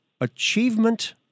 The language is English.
achievement